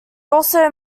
also